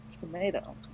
Tomato